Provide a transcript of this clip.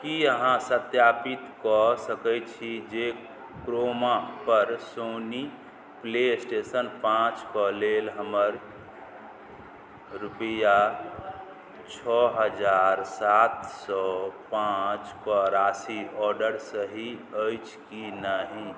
कि अहाँ सत्यापित कऽ सकै छी जे क्रोमापर सोनी प्लेस्टेशन पाँचके लेल हमर रुपैआ छओ हजार सात सओ पाँच राशि ऑडर सही अछि कि नहि